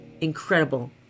incredible